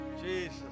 Jesus